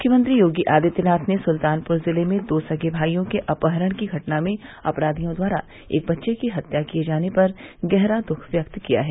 मुख्यमंत्री योगी आदित्यनाथ ने सुल्तानपुर जिले में दो सगे भाइयों के अपहरण की घटना में अपराधियों द्वारा एक बच्चे की हत्या किये जाने पर गहरा दुख व्यक्त किया है